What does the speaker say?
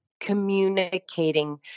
communicating